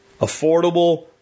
Affordable